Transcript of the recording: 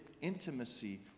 intimacy